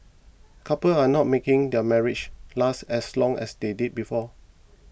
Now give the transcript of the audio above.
couples are not making their marriages last as long as they did before